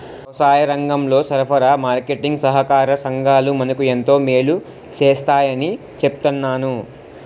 వ్యవసాయరంగంలో సరఫరా, మార్కెటీంగ్ సహాకార సంఘాలు మనకు ఎంతో మేలు సేస్తాయని చెప్తన్నారు